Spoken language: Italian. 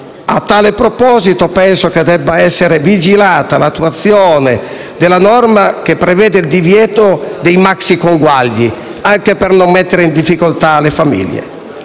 A tale proposito, ritengo debba essere vigilata l'attuazione della norma che prevede il divieto dei maxiconguagli, anche al fine di non mettere in difficoltà le famiglie.